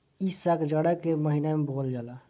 इ साग जाड़ा के महिना में बोअल जाला